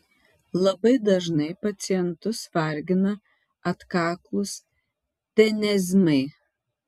labai dažnai pacientus vargina atkaklūs tenezmai